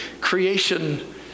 creation